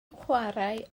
chwarae